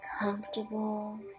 comfortable